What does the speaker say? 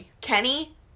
Kenny